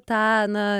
tą na